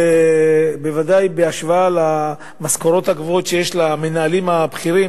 בוודאי בהשוואה למשכורות הגבוהות שיש למנהלים הבכירים,